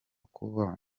kuba